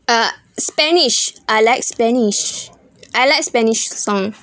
uh spanish I like spanish I like spanish song